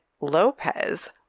Lopez